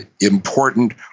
important